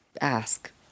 ask